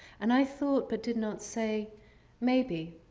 and i thought, but did not say maybe,